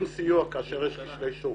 עם סיוע כאשר יש כשלי שוק,